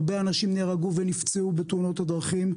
הרבה אנשים נהרגו ונפצעו בתאונות הדרכים,